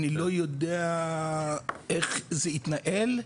אני לא יודע איך זה יתנהל,